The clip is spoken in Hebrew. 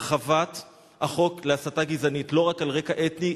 הרחבת החוק נגד הסתה גזענית: לא רק על רקע אתני,